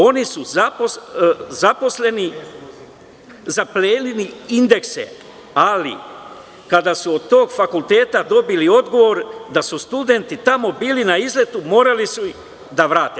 Oni su zaplenili indekse, ali kada su od tog fakulteta dobili odgovor da su studenti tamo bili na izletu, morali su ih da vrate.